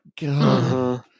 god